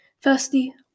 Firstly